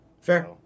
Fair